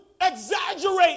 exaggerate